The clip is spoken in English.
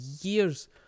years